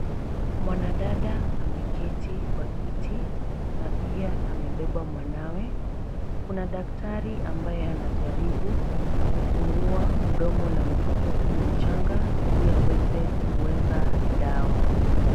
Mwanadada ameketi kwa kiti na pia amebeba mwanawe. Kuna daktari ambaye anajaribu kufungua mdomo la mtoto huyo mchanga ili aweze kuweka dawa.